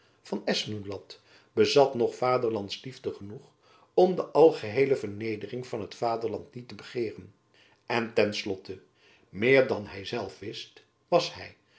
van espenblad bezat nog vaderlandsliefde genoeg om de algeheele vernedering van dat vaderland niet te begeeren en ten slotte meer dan hy zelf wist was hy